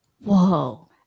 Whoa